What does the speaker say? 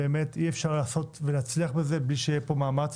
אי אפשר להצליח בזה בלי שיהיה מאמץ